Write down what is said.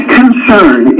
concern